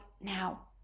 now